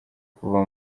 kuva